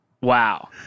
Wow